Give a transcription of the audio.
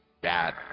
bad